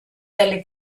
dalle